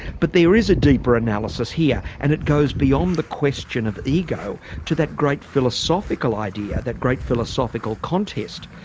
but there is a deeper analysis here and it goes beyond the question of ego to that great philosophical idea, that great philosophical contest,